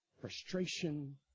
frustration